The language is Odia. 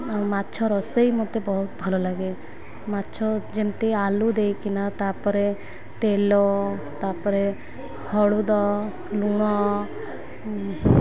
ଆଉ ମାଛ ରୋଷେଇ ମତେ ବହୁତ ଭଲ ଲାଗେ ମାଛ ଯେମିତି ଆଳୁ ଦେଇକିନା ତା'ପରେ ତେଲ ତା'ପରେ ହଲଦୀ ଲୁଣ